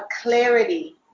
clarity